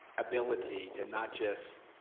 ability to not just